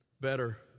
better